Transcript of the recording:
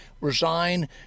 resign